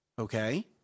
Okay